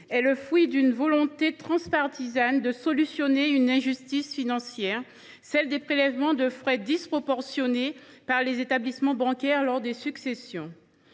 est le fruit d’une volonté transpartisane de remédier à une injustice financière, celle des prélèvements de frais disproportionnés par les établissements bancaires lors des successions.